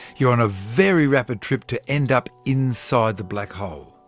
you are on a very rapid trip to end up inside the black hole.